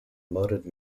moated